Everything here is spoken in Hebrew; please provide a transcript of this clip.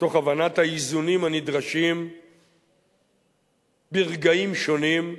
תוך הבנת האיזונים הנדרשים ברגעים שונים,